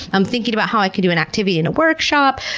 i'm thinking about how i could do an activity in a workshop.